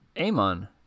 amon